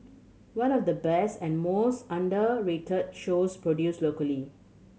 one of the best and most underrated shows produced locally